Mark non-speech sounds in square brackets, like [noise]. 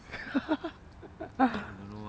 [laughs]